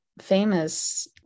famous